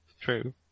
true